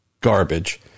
garbage